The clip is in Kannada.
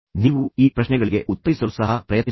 ನೀವು ಈ ಪ್ರಶ್ನೆಗಳಿಗೆ ಉತ್ತರಿಸಲು ಸಹ ಪ್ರಯತ್ನಿಸುತ್ತೀರಿ